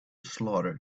slaughter